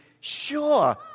Sure